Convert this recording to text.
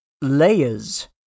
Layers